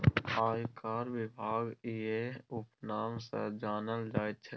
आयकर विभाग इएह उपनाम सँ जानल जाइत छै